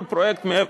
כל פרויקט מעבר,